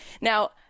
Now